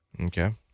Okay